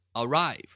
Arrive